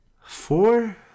Four